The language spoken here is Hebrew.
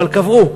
אבל קבעו.